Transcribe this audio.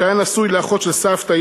שהיה נשוי לאחות של סבתא,